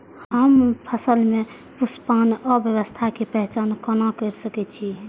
हम फसल में पुष्पन अवस्था के पहचान कोना कर सके छी?